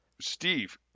Steve